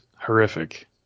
horrific